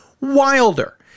wilder